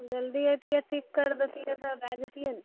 जल्दी अएतिए ठीक करि देतिए तऽ भए जेतिए ने